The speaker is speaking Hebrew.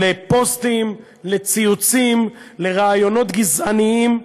לפוסטים, לציוצים, לרעיונות גזעניים,